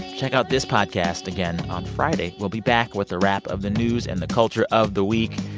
check out this podcast again on friday. we'll be back with a wrap of the news and the culture of the week.